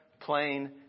plain